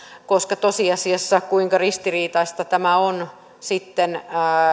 koska tosiasiassa se kuinka ristiriitaista tämä on sitten